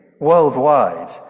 worldwide